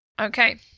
okay